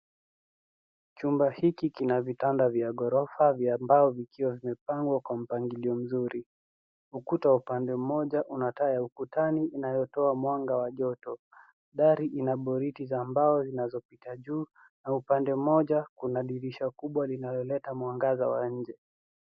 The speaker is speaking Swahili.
Chumba hiki kina vitanda vya ghorofa vya mbao vikiwa vimepangwa kwa mpangilio mzuri. Ukuta wa upande mmoja una taa ya ukutani inayotoa mwanga wa joto. Dari ina boliti za mbao zinazopita juu na upande mmoja kuna dirisha kubwa linaloleta mwangaza wa nje.